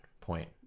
point